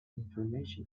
information